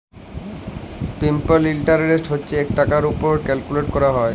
simple interest হছে যে টাকার উপর ক্যালকুলেট ক্যরা হ্যয়